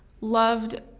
loved